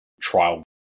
trial